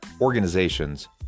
organizations